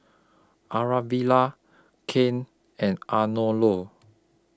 Aravilla Cain and Arnolo